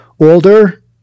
older